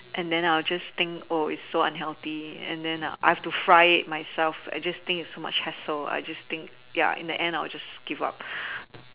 and then I just think oh it's so unhealthy and then I have to fry it myself I just think it's so much a hassle I just think ya in the end I just give up